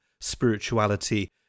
spirituality